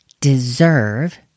deserve